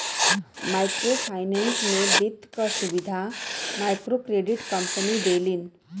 micro finance में वित्त क सुविधा मइक्रोक्रेडिट कम्पनी देलिन